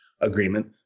agreement